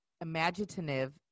imaginative